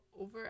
over